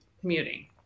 commuting